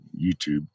YouTube